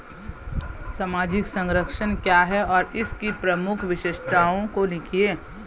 सामाजिक संरक्षण क्या है और इसकी प्रमुख विशेषताओं को लिखिए?